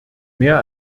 mehr